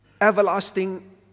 everlasting